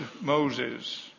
Moses